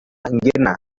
ngina